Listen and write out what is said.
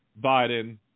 Biden